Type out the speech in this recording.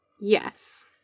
Yes